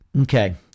Okay